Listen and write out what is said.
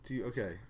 Okay